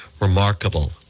remarkable